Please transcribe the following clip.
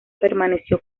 permaneció